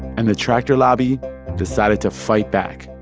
and the tractor lobby decided to fight back.